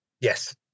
Yes